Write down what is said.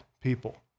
people